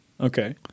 okay